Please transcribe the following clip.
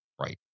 Right